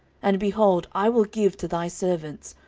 and, behold, i will give to thy servants,